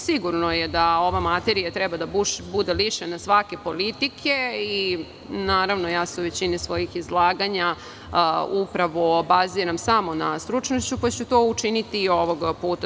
Sigurno je da ova materija treba da bude lišena svake politike i naravno, ja se u većini svojih izlaganja upravo obazirem samo na stručnost, pa ću to učiniti i ovog puta.